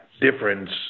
difference